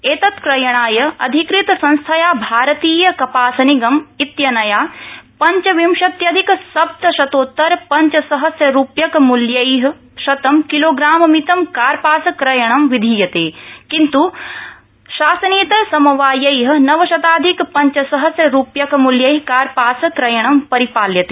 एतत्क्रयणाय अधिकृत संस्थया भारतीय कपास निगम इत्यनया पञ्चविंशत्यधिक सप्तशतोत्तर पञ्च सहस्न रुप्यकमूल्यै प्रतिशतं किलोप्राममितं कार्पास क्रयणं विधीयते किन्तू शासनेतर समवायै नवशताधिक पञ्चसहस्रुप्यकमूत्यै कार्पास क्रयणं परिपाल्यते